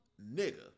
nigga